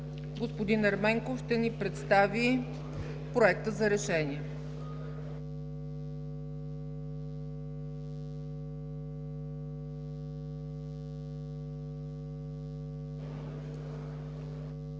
господин Ерменков ще ни представи Проекта за решение.